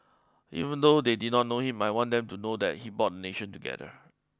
even though they did not know him I want them to know that he bought nation together